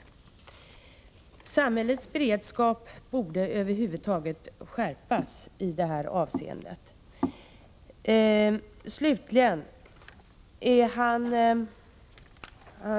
Över huvud taget borde samhällets beredskap skärpas i detta avseende. Försvarsministern